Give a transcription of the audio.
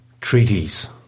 Treaties